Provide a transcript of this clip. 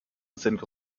sind